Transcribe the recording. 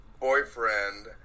boyfriend